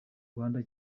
rwanda